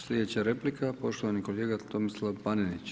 Sljedeća replika poštovani kolega Tomislav Panenić.